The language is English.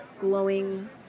Glowing